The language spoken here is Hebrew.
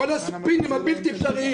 כל הספינים הבלתי אפשריים.